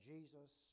Jesus